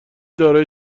دارای